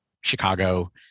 Chicago